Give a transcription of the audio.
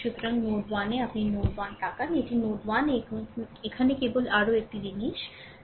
সুতরাং নোড 1 এ আপনি নোড 1 তাকান এটি নোড 1 এ কেবল আপনার আরও এই জিনিসটি